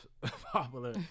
popular